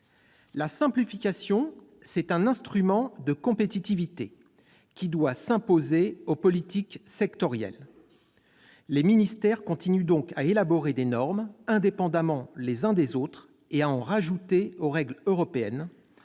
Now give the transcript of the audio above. La simplification, c'est un instrument de compétitivité qui doit s'imposer aux politiques sectorielles. Or les ministères continuent à élaborer des normes indépendamment les uns des autres, et à en rajouter par rapport aux règles européennes